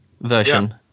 version